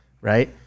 Right